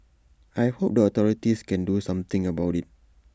I hope the authorities can do something about IT